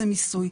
זה ניסוי.